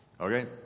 Okay